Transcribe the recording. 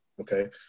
Okay